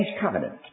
covenant